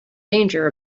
danger